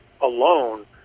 alone